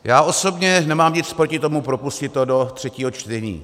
Já osobně nemám nic proti tomu propustit to do třetího čtení.